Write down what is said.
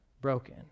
broken